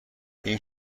این